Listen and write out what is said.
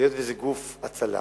היות שזה גוף הצלה,